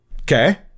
okay